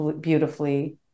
beautifully